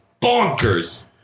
bonkers